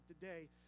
today